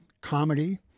comedy